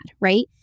right